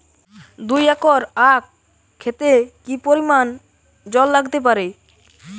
দুই একর আক ক্ষেতে কি পরিমান জল লাগতে পারে?